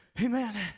Amen